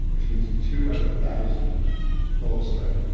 which means two out of a thousand go astray.